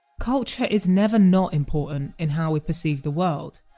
culture is never not important in how we perceive the world,